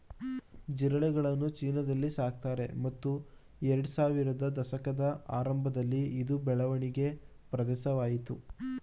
ಜಿರಳೆಗಳನ್ನು ಚೀನಾದಲ್ಲಿ ಸಾಕ್ತಾರೆ ಮತ್ತು ಎರಡ್ಸಾವಿರದ ದಶಕದ ಆರಂಭದಲ್ಲಿ ಇದು ಬೆಳವಣಿಗೆ ಪ್ರದೇಶವಾಯ್ತು